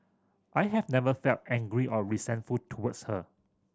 I have never felt angry or resentful towards her